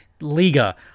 Liga